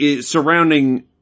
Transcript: surrounding